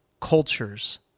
cultures